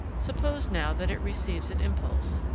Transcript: suppose now that it receives an impulse,